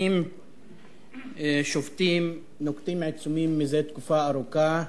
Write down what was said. הרופאים שובתים, נוקטים עיצומים זה תקופה ארוכה,